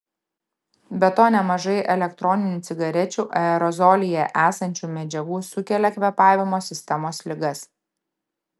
be to nemažai elektroninių cigarečių aerozolyje esančių medžiagų sukelia kvėpavimo sistemos ligas